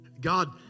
God